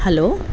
hello